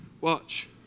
Watch